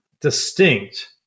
distinct